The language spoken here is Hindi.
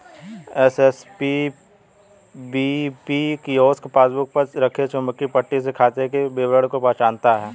एस.एस.पी.बी.पी कियोस्क पासबुक पर रखे चुंबकीय पट्टी से खाते के विवरण को पहचानता है